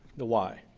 the why.